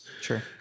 Sure